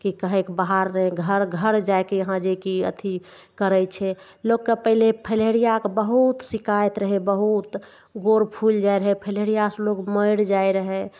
कि कहयके बात घर घर जाइके यहाँ जे कि अथी करय छै लोकके पहिले फलेरियाके बहुत शिकायत रहय बहुत गोर फुलि जाइ रहय फलेरियासँ लोक मरि जाइ रहय